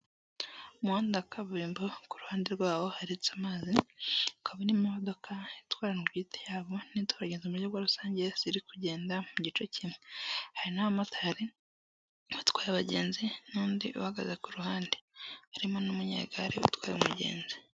Umuhanda kaburimbo ku ruhande rwabo haretse amazi; hakaba n'imodoka itwara abantu ku giti cyabo, nitwara abagenzi mu buryo bwa rusange ziri kugenda mu gice kimwe; hari n'abamotari batwaye abagenzi, n'undi uhagaze ku ruhande; harimo n'umunyegare utwaye umugenzi.